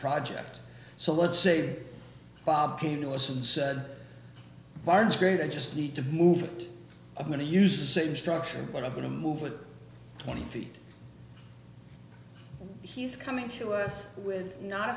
project so let's say bob came to us and said barnes great i just need to move i'm going to use the same structure but i'm going to move it twenty feet he's coming to us with not